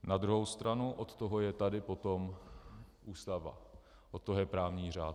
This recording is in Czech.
Na druhou stranu od toho je tady potom Ústava, od toho je právní řád.